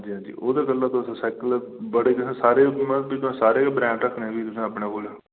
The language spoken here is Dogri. हंजी हंजी ओह्दे कोला तुस साइकल बड़े सारे होंदे फिर तुसें सारे गै ब्रैंड रक्खने फिर अपने कोल